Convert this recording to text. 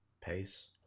pace